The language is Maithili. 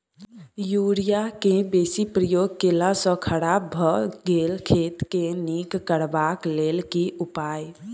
यूरिया केँ बेसी प्रयोग केला सऽ खराब भऽ गेल खेत केँ नीक करबाक लेल की उपाय?